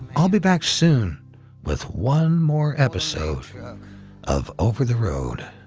i'll be back soon with one more episode of over the road.